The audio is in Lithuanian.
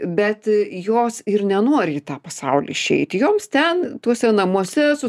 bet jos ir nenori į tą pasaulį išeiti joms ten tuose namuose su